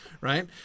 right